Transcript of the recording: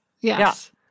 Yes